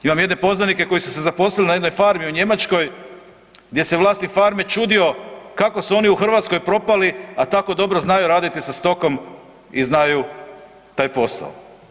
Imam jedne poznanike koji su se zaposlili na jednoj farmi u Njemačkoj gdje se vlasnik farme čudio kako su oni u Hrvatskoj propali, a tako dobro znaju raditi sa stokom i znaju taj posao.